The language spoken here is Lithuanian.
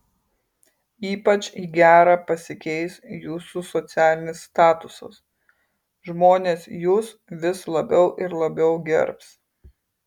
ypač į gerą pasikeis jūsų socialinis statusas žmonės jus vis labiau ir labiau gerbs